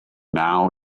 now